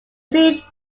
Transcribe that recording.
scene